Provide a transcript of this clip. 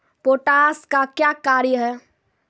Potash का क्या कार्य हैं?